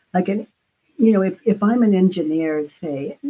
like and you know if if i'm an engineer, say,